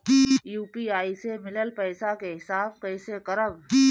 UPI से मिलल पईसा के हिसाब कइसे करब?